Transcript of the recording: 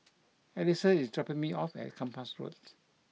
Alisa is dropping me off at Kempas Road